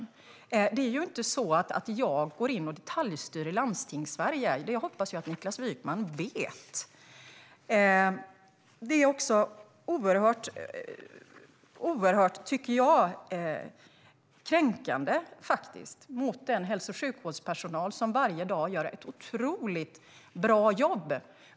Jag går inte in och detaljstyr i Landstingssverige. Det hoppas jag att Niklas Wykman vet. Detta är också, tycker jag, oerhört kränkande mot den hälso och sjukvårdspersonal som varje dag gör ett otroligt bra jobb.